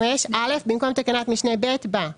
במקום תקנת משנה (ב) בא: